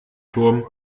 turm